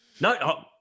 no